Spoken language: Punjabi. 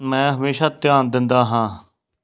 ਮੈਂ ਹਮੇਸ਼ਾ ਧਿਆਨ ਦਿੰਦਾ ਹਾਂ